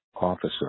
officer